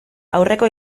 aurreko